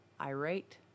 irate